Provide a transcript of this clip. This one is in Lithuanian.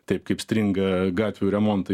taip kaip stringa gatvių remontai